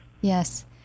Yes